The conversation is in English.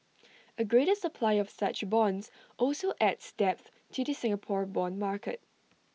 A greater supply of such bonds also adds depth to the Singapore Bond market